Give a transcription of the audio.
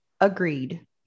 Agreed